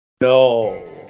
No